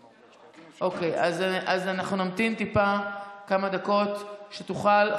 אוקיי, אז אנחנו נמתין טיפה, כמה דקות, שתוכל.